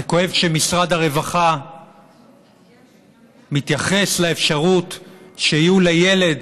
זה כואב שמשרד הרווחה מתייחס לאפשרות שלילד